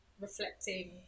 reflecting